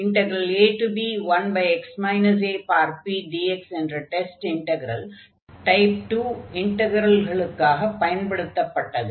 ab1x apdx என்ற test integral type 2 இன்டக்ரல்களுக்காகப் பயன்படுத்தப்பட்டது